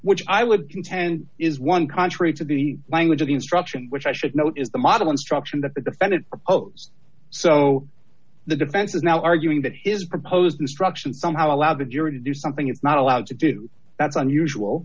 which i would contend is one contrary to the language of instruction which i should note is the model instruction that the defendant proposed so the defense is now arguing that his proposed instruction somehow allowed the jury to do something it's not allowed to do that's unusual